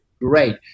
Great